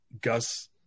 Gus